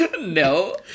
No